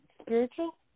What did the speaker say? spiritual